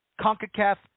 CONCACAF